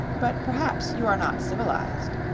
but perhaps you are not civilized.